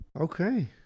Okay